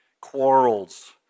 quarrels